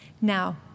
Now